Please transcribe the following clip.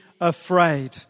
afraid